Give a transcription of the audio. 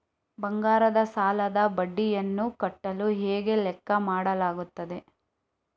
ಬಂಗಾರದ ಸಾಲದ ಬಡ್ಡಿಯನ್ನು ಕಟ್ಟಲು ಹೇಗೆ ಲೆಕ್ಕ ಮಾಡಲಾಗುತ್ತದೆ?